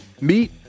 Meet